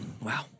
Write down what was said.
wow